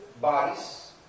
bodies